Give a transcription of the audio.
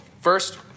first